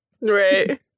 right